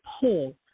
pull